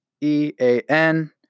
E-A-N